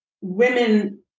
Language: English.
women